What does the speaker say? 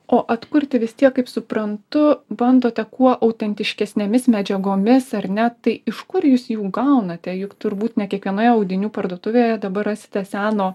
o atkurti vis tiek kaip suprantu bandote kuo autentiškesnėmis medžiagomis ar ne tai iš kur jūs jų gaunate juk turbūt ne kiekvienoje audinių parduotuvėje dabar rasite seno